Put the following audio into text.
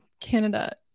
Canada